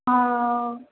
और